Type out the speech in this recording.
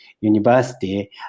University